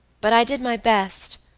but i did my best,